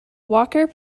walker